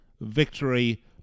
victory